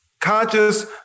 conscious